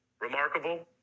Remarkable